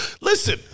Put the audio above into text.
listen